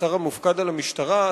כשר המופקד על המשטרה,